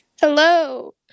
Hello